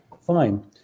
Fine